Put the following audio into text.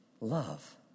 love